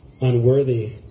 unworthy